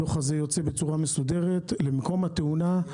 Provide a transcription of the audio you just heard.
הדוח הזה יוצא בצורה מסודרת למקום התאונה,